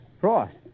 Frost